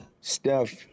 Steph